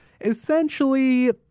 essentially